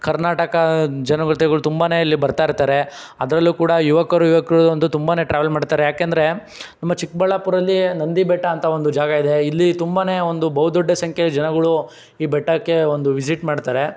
ಕರ್ನಾಟಕ ಜನಗಳ್ತೆಗಳು ತುಂಬನೆ ಇಲ್ಲಿ ಬರ್ತಾ ಇರ್ತಾರೆ ಅದರಲ್ಲೂ ಕೂಡ ಯುವಕರು ಯುವಕ ಅಂತೂ ತುಂಬನೇ ಟ್ರಾವೆಲ್ ಮಾಡ್ತಾರೆ ಯಾಕೆಂದ್ರೆ ನಮ್ಮ ಚಿಕ್ಕಬಳ್ಳಾಪುರಲ್ಲಿ ನಂದಿ ಬೆಟ್ಟ ಅಂತ ಒಂದು ಜಾಗ ಇದೆ ಇಲ್ಲಿ ತುಂಬನೇ ಒಂದು ಬಹುದೊಡ್ಡ ಸಂಖ್ಯೆ ಜನಗಳು ಈ ಬೆಟ್ಟಕ್ಕೆ ಒಂದು ವಿಸೀಟ್ ಮಾಡ್ತಾರೆ